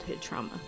trauma